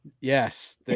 Yes